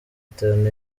itanu